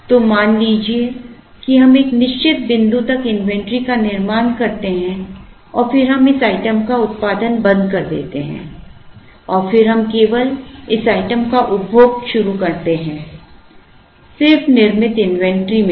तो मान लीजिए कि हम एक निश्चित बिंदु तक इन्वेंटरी का निर्माण करते हैं और फिर हम इस आइटम का उत्पादन बंद कर देते हैं और फिर हम केवल इस आइटम का उपभोग करना शुरू करते हैं सिर्फ निर्मित इन्वेंटरी में से